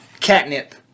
Catnip